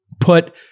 put